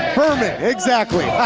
vermin, exactly.